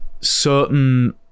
certain